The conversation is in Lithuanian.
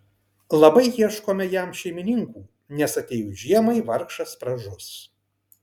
labai ieškome jam šeimininkų nes atėjus žiemai vargšas pražus